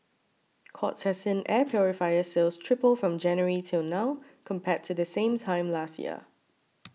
courts has seen air purifier sales triple from January till now compared to the same time last year